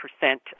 percent